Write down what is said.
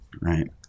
right